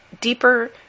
deeper